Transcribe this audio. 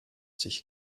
sich